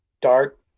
dark